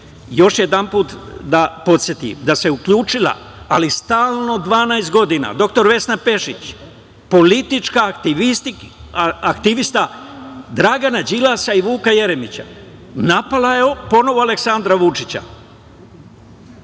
još jedanput da podsetim da se uključila, ali stalno 12 godina, dr Vesna Pešić, politička aktivistkinja Dragana Đilasa i Vuka Jeremića, napala je ponovo Aleksandra Vučića,